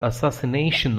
assassination